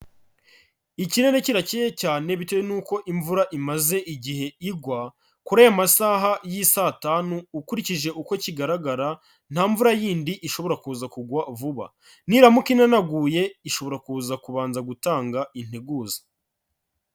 Ikirere kirakeye cyane bitewe n'uko imvura imaze igihe igwa, kuri ayo masaha y'isaa tanu ukurikije uko kigaragara nta mvura y'indi ishobora kuza kugwa vuba, niramuka inanaguye ishobora kuza kubanza gutanga integuza.